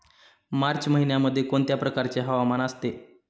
मार्च महिन्यामध्ये कोणत्या प्रकारचे हवामान असते?